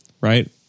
right